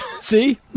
See